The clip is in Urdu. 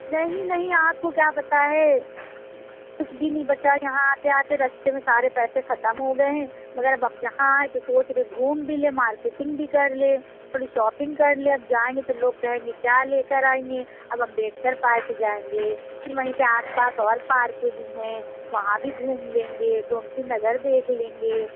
نہیں نہیں آپ کو کیا پتہ ہے کچھ بھی نہیں بچا یہاں آتے آتے رستے میں سارے پیسے ختم ہوگئے ہیں مگر اب یہاں آئے ہیں تو سوچ رہے ہیں گھوم بھی لیں مارکیٹنگ بھی کر لیں تھوڑی شاپنگ کر لیں اب جائیں گے تو لوگ کہیں گے کیا لے کر آئی ہیں اب امبیدکر پارک جائیں گے پھر وہیں سے آس پاس اور پارکیں بھی ہیں وہاں بھی گھوم لیں گے گومتی نگر دیکھ لیں گے